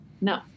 no